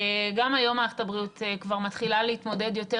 גם היום מערכת הבריאות כבר מתחילה להתמודד יותר